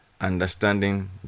understanding